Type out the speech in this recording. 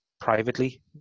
privately